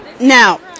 Now